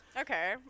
okay